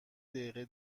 دقیقه